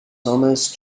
thomas